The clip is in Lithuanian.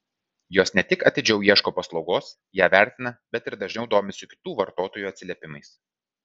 jos ne tik atidžiau ieško paslaugos ją vertina bet ir dažniau domisi kitų vartotojų atsiliepimais